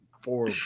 four